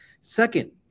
Second